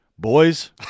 Boys